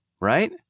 Right